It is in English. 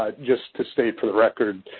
ah just to state for the record,